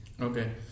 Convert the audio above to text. Okay